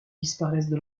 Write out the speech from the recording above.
disparaissent